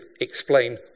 explain